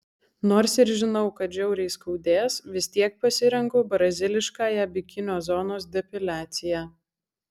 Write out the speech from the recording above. nors ir žinau kad žiauriai skaudės vis tiek pasirenku braziliškąją bikinio zonos depiliaciją